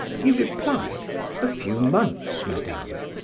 he replied a few months, madame.